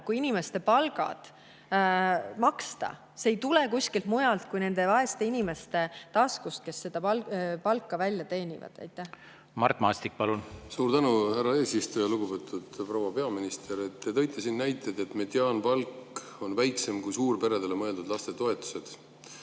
kui inimeste palgad. See raha ei tule kuskilt mujalt kui nende vaeste inimeste taskust, kes seda palka välja teenivad. Mart Maastik, palun! Mart Maastik, palun! Suur tänu, härra eesistuja! Lugupeetud proua peaminister! Te tõite siin näiteid, et mediaanpalk on väiksem kui suurperedele mõeldud lastetoetused.